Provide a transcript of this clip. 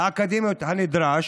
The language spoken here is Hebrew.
האקדמיות כנדרש,